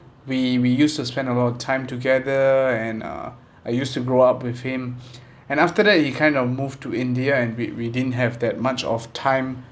we we used to spend a lot of time together and uh I used to grow up with him and after that he kind of moved to india and we we didn't have that much of time